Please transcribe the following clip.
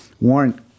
Warren